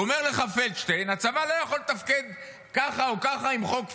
אומר לך הדובר: הצבא לא יכול לתפקד ככה או ככה עם חוק פלדשטיין.